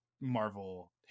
Marvel